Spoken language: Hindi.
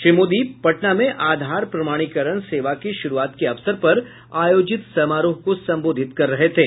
श्री मोदी पटना में आधार प्रमाणीकरण सेवा की शुरूआत के अवसर पर आयोजित समारोह को संबोधित कर रहे थे